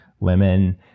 lemon